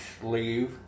sleeve